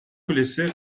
kulesi